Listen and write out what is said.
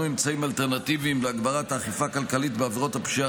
אמצעים אלטרנטיביים להגברת האכיפה הכלכלית בעבירות הפשיעה